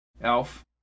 Elf